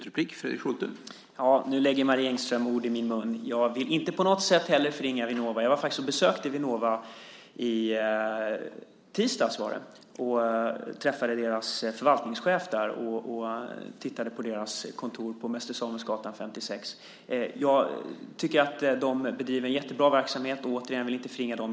Herr talman! Nu lägger Marie Engström ord i min mun. Jag vill inte på något sätt förringa Vinnova. Jag var faktiskt och besökte Vinnova i tisdags, träffade förvaltningschefen där och tittade på deras kontor på Mäster Samuelsgatan 56. Jag tycker att de bedriver en jättebra verksamhet, och återigen: Jag vill inte förringa dem.